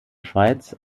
schweiz